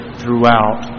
throughout